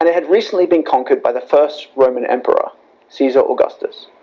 and had recently been conquered by the first roman emperor caesar augustus